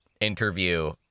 interview